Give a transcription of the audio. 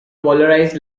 polarized